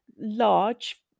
large